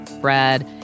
Brad